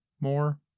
more